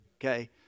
Okay